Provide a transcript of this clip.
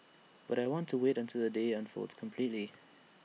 but I want to wait until the day unfolds completely